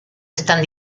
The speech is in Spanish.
están